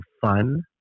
fun